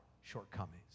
shortcomings